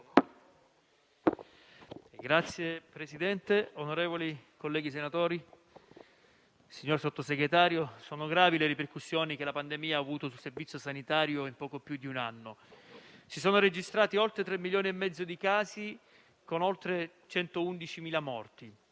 Signor Presidente, onorevoli colleghi senatori, signor Sottosegretario, sono gravi le ripercussioni che la pandemia ha avuto sul servizio sanitario in poco più di un anno: si sono registrati oltre 3 milioni e mezzo di casi, con oltre 111.000 morti.